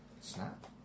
Snap